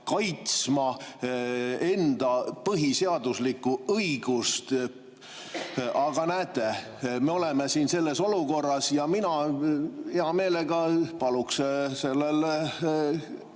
peaks enda põhiseaduslikku õigust kaitsma. Aga näete, me oleme siin selles olukorras. Ja mina hea meelega paluksin sellel